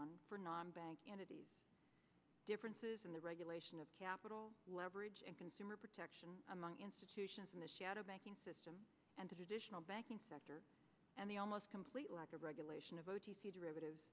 one for non bank entities differences in the regulation of capital leverage and consumer protection among institutions in the shadow banking system and traditional banking sector and the almost complete lack of regulation of o t c derivative